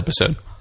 episode